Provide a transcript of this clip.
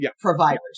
providers